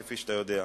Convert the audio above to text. כפי שאתה יודע,